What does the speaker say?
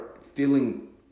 feeling